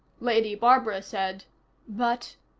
lady barbara said but